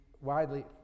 widely